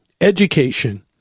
education